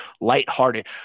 lighthearted